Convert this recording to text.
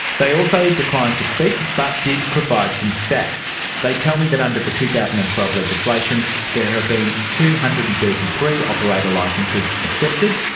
they also declined to speak but did provide some stats. they tell me that under the two thousand and twelve legislation there have been two hundred and thirty three operator licences accepted,